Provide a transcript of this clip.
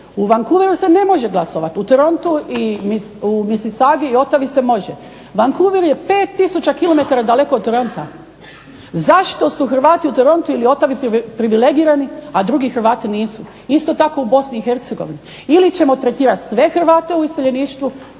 U Vancouveru se ne može glasovati, u Torontu i Ottawi se može, Vancouver je 5 tisuća kilometara daleko od Toronta, zašto su Hrvati u Torontu ili Ottawi privilegirani, a drugi hrvati nisu. Isto tako u Bosni i Hercegovini ili ćemo tretirati sve hrvate u iseljeništvu